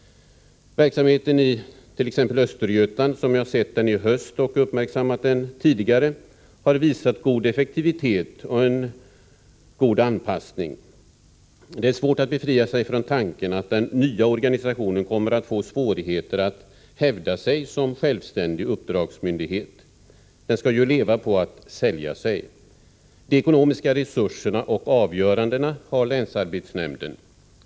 Verksamheten i t.ex. Östergötland, som jag sett den i höst och uppmärksammat tidigare, har visat god effektivitet och god anpassning. Det är svårt att befria sig från tanken att AMU-centra med den nya organisationen kommer att få svårigheter att hävda sig som självständig uppdragsmyndighet. De skall ju leva på att sälja sig. De ekonomiska resurserna och avgörandena har ju länsarbetsnämnden.